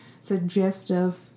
suggestive